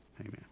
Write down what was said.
Amen